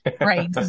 right